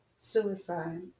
suicide